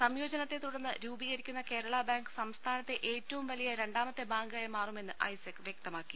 സംയോജനത്തെ തുടർന്ന് രൂപീകരിക്കുന്ന കേരള ബാങ്ക് സംസ്ഥാനത്തെ ഏറ്റവും വലിയ രണ്ടാമത്തെ ബാങ്കായി മാറുമെന്നും ഐസക് വ്യക്തമാക്കി